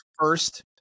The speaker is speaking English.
first